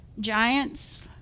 Giants